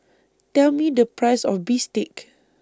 Tell Me The Price of Bistake